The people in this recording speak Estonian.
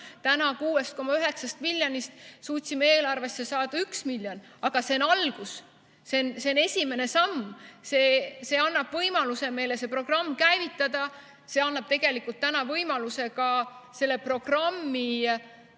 6,9 miljonist suutsime eelarvesse saada ühe miljoni, aga see on algus. See on esimene samm, mis annab meile võimaluse see programm käivitada. See annab tegelikult võimaluse ka selle programmi,